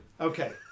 Okay